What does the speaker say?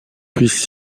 puissent